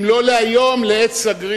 אם לא להיום, לעת סגריר.